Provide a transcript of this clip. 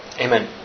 Amen